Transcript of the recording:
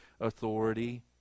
authority